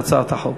הצעת חוק של